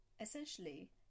Essentially